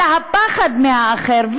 אלא פחד מהאחר,